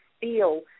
feel